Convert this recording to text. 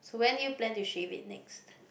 so when did you plan to shave it next